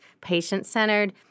patient-centered